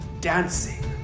Dancing